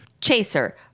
Chaser